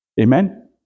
amen